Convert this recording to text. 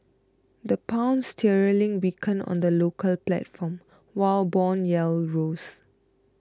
the Pound sterling weakened on the local platform while bond yields rose